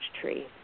tree